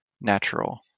natural